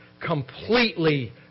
completely